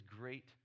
great